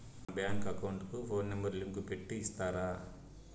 మా bank account కు phone number link పెట్టి ఇస్తారా?